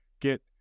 get